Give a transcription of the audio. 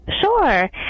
Sure